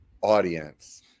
audience